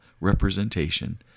representation